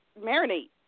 marinate